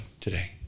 today